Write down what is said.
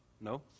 no